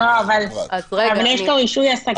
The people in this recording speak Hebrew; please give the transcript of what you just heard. לא, אבל יש לו רישוי עסקים.